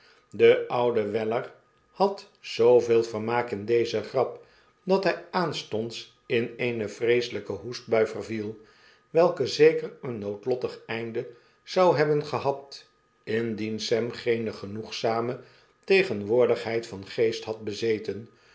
de oude weller had zooveel vermaak in deze grap dat hg aanstonds in eene vreeselijke hoestbui verviel welke zeker een noodlottig einde zou hebben gehad indien sam geene genoegzame tegenwoordigbeid van geest had bezeten